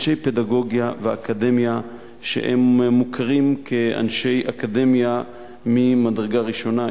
אנשי פדגוגיה ואקדמיה שמוכרים כאנשי אקדמיה ממדרגה ראשונה,